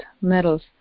metals